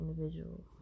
individual